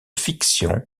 fiction